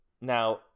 Now